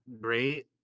great